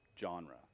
genre